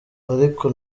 ariko